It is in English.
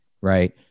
right